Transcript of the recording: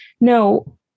No